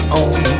on